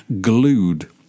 glued